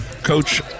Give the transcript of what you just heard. Coach